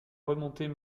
remontées